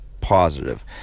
positive